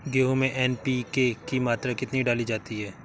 गेहूँ में एन.पी.के की मात्रा कितनी डाली जाती है?